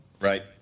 Right